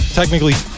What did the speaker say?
technically